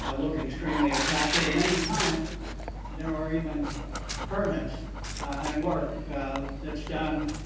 ah look extremely attractive and many times there are even permits and work that's done,